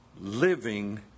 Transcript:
living